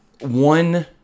one